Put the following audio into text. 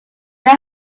they